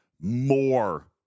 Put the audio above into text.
more